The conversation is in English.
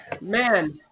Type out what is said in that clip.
man